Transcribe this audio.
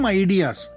ideas